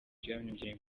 byamwongereye